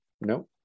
No